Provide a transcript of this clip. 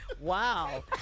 Wow